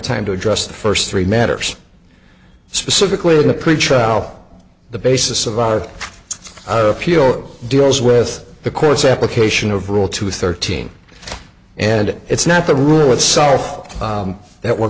time to address the first three matters specifically the pretrial the basis of our appeal deals with the court's application of rule two thirteen and it's not the rule itself that we're